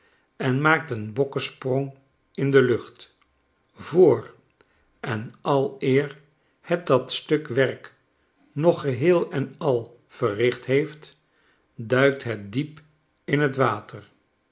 en maakt een bokkensprong in de lucht voor en aleer het dat stuk werk nog geheel en al verricht heeffc duikt het diep in t water